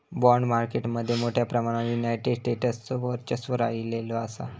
bond market मध्ये मोठ्या प्रमाणावर युनायटेड स्टेट्सचो वर्चस्व राहिलेलो असा